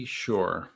sure